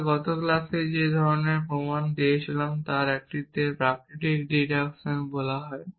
আমরা গত ক্লাসে যে ধরনের প্রমাণ করেছিলাম তার একটিকে প্রাকৃতিক ডিডাকশন বলা হয়